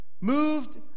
moved